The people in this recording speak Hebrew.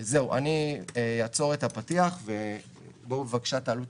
וזהו, אני אעצור את הפתיח ובואו בבקשה תעלו את